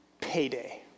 payday